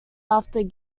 after